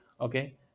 okay